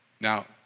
Now